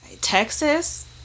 Texas